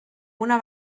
una